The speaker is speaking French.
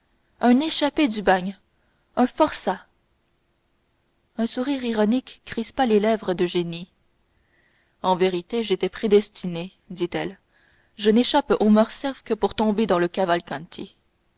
un échappé du bagne un forçat un sourire ironique crispa les lèvres d'eugénie en vérité j'étais prédestinée dit-elle je n'échappe au morcerf que pour tomber dans le cavalcanti